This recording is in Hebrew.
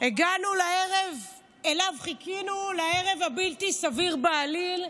הגענו לערב שלו חיכינו, לערב הבלתי-סביר בעליל,